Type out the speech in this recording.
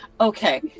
Okay